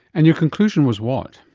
and your conclusion was what?